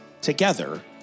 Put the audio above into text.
Together